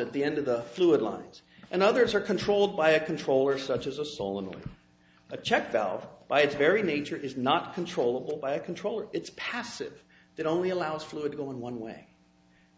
at the end of the fluid lines and others are controlled by a controller such as a solo or a check valve by its very nature is not controlled by a control it's passive that only allows fluid going one way